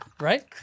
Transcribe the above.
right